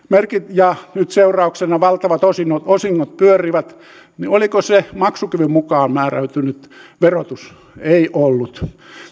ja nyt seurauksena valtavat osingot pyörivät oliko se maksukyvyn mukaan määräytynyt verotus ei ollut